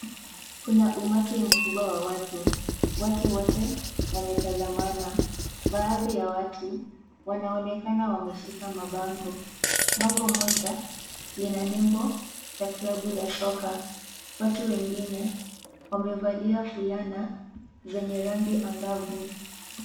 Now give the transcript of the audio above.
Kuna umati mkubwa wa watu, watu wote wametazamana baadhi a watu wanaonekana wameshika mabango, bango moja linanembo ya klabu ya soka watu wengine wamevalia fulana zenye rangi angavu.